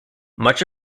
much